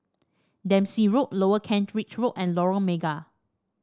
Dempsey Road Lower Kent Ridge Road and Lorong Mega